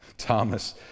Thomas